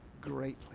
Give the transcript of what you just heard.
greatly